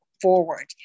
forward